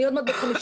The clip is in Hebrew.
אני עוד מעט בת 50,